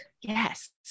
Yes